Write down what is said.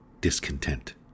discontent